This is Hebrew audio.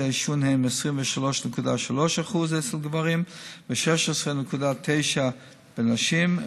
העישון הם 23.3% אצל גברים ו-16.9% בנשים,